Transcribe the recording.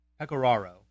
Pecoraro